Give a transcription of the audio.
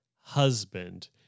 husband